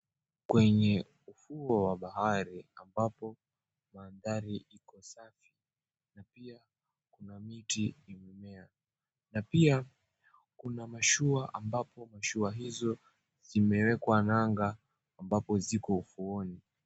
Kwenye ufuo wa bahari ambapo maandhari iko safi na pia kuna miti imemea na pia kuna mashua ambapo mashua hizo zimewekwa nanga ambapo ziko ufuoni.